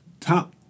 top